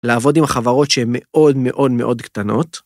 לעבוד עם החברות שהן מאוד מאוד מאוד קטנות.